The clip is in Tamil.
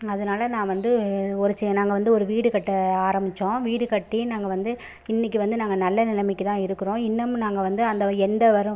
அதனால் நான் வந்து ஒரு சே நாங்கள் வந்து ஒரு வீடுகட்ட ஆரமிச்சோம் வீடு கட்டி நாங்கள் வந்து இன்றைக்கி வந்து நாங்கள் நல்ல நிலமைக்கு தான் இருக்கிறோம் இன்னமும் நாங்கள் வந்து அந்த எந்த வரோம்